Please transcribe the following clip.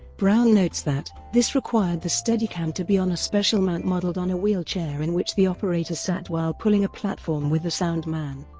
brown notes that this required the steadicam to be on a special mount modeled on a wheelchair in which the operator sat while pulling a platform with the sound man.